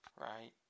right